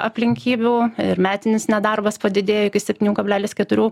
aplinkybių ir metinis nedarbas padidėjo iki septynių kablelis keturių